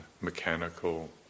mechanical